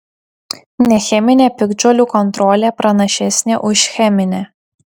necheminė piktžolių kontrolė pranašesnė už cheminę